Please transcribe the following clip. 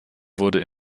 wurde